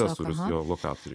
procesorius jo lokatoriai